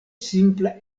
simpla